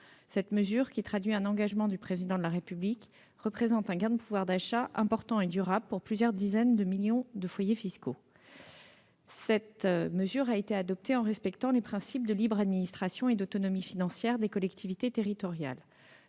Cette mesure, qui traduit un engagement du Président de la République, représente un gain de pouvoir d'achat important et durable pour plusieurs dizaines de millions de foyers fiscaux. Elle a été adoptée en respectant les principes de libre administration et d'autonomie financière des collectivités territoriales